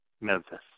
Memphis